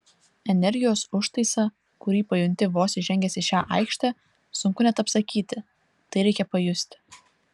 energijos užtaisą kurį pajunti vos įžengęs į šią aikštę sunku net apsakyti tai reikia pajusti